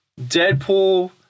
Deadpool